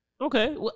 Okay